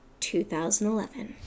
2011